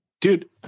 Dude